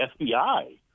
FBI